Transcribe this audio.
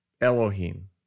Elohim